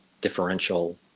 differential